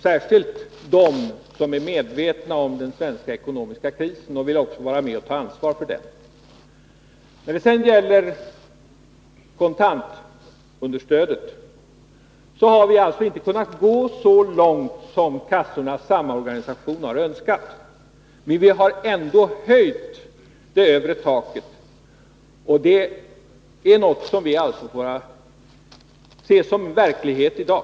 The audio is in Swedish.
Särskilt de som är medvetna om den svenska ekonomiska krisen vill också vara med och ta ansvar. När det sedan gäller kontantunderstödet har vi alltså inte kunnat gå så långt som kassornas samorganisation har önskat, men vi har ändå höjt det övre taket. Den höjningen får vi anse vara realistisk i dag.